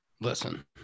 Listen